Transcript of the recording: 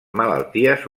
malalties